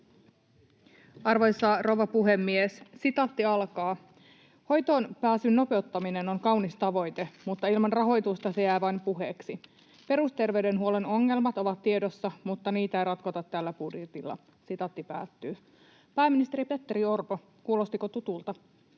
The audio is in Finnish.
Arvoisa rouva puhemies! ”Hoitoonpääsyn nopeuttaminen on kaunis tavoite, mutta ilman rahoitusta se jää vain puheeksi. Perusterveydenhuollon ongelmat ovat tiedossa, mutta niitä ei ratkota tällä budjetilla.” Pääministeri Petteri Orpo, kuulostiko tutulta?